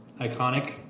iconic